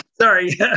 Sorry